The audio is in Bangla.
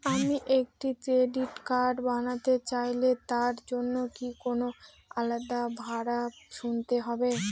আমি একটি ক্রেডিট কার্ড বানাতে চাইলে তার জন্য কি কোনো আলাদা ভাড়া গুনতে হবে?